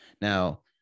Now